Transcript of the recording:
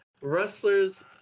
Wrestlers